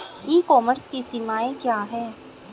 E commerce की सीमाएं क्या हैं?